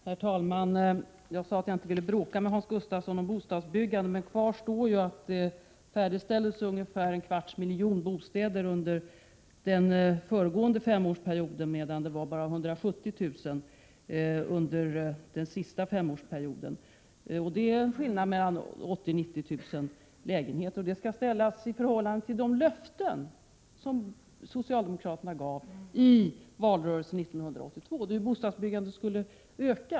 Herr talman! Jag sade att jag inte ville bråka med Hans Gustafsson om bostadsbyggandet, men kvar står att det färdigställdes ungefär en kvarts miljon bostäder under den föregående femårsperioden, medan bara 170 000 färdigställdes under den senaste femårsperioden. Det är en skillnad på mellan 80 000 och 90 000 lägenheter, vilken skall ställas i förhållande till de löften som socialdemokraterna gav i valrörelsen 1982 om att bostadsbyggandet skulle öka.